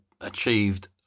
achieved